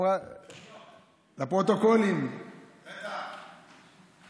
לפרוטוקולים, בטח.